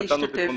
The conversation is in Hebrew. ומי השתתף?